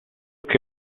che